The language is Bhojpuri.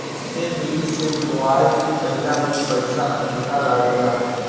ए विधि के बोआई कईला में पईसा अधिका लागेला